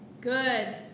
Good